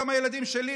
גם הילדים שלי,